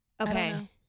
Okay